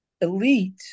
elite